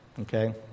Okay